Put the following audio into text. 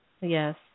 Yes